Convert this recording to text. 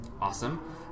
awesome